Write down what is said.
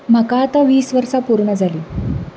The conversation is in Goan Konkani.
म्हाका आतां वीस वर्सां पूर्ण जाली